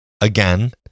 again